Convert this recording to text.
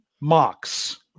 mocks